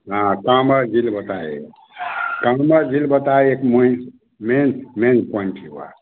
हाँ काँमड़ झील बताए काँमर झील बताए एक मुइंस मेन मेन पॉइंट हुआ